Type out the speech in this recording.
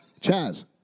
Chaz